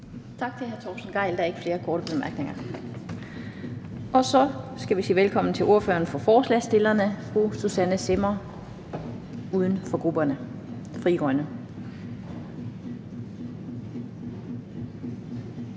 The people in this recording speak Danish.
Tak til hr. Torsten Gejl. Der er ikke flere korte bemærkninger. Så skal vi sige velkommen til ordføreren for forslagsstillerne, fru Susanne Zimmer, UFG. Kl. 18:17 (Ordfører